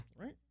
right